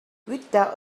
without